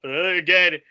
Again